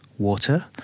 Water